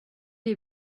est